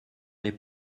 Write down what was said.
les